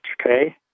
okay